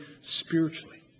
spiritually